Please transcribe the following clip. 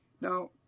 Now